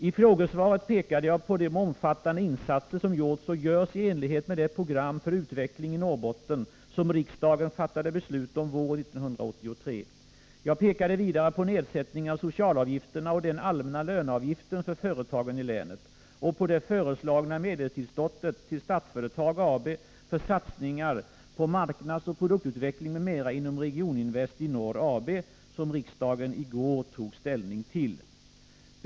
I frågesvaret pekade jag på de omfattande insatser som gjorts och görs i enlighet med det program för utveckling i Norrbotten som riksdagen fattade beslut om våren 1983 och på det föreslagna medelstillskottet till Statsföretag AB för satsningar på marknadsoch produktutveckling m.m. inom Regioninvest i Norr AB som riksdagen i går tog ställning till.